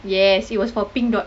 yes it was for pink dot